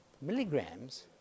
milligrams